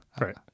right